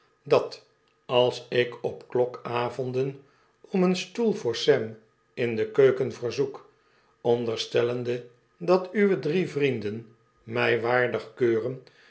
dat als ik op klokavonden om een stoel voor sam in de keuken verzoek onderstellende dat uwe drie vrienden my waardig keuren